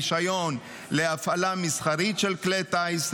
רישיון להפעלה מסחרית של כלי טיס,